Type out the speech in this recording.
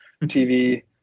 TV